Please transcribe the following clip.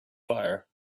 fire